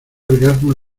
orgasmo